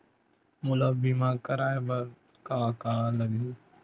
मोला बीमा कराये बर का का लगही?